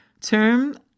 term